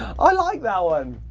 i like that one.